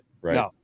Right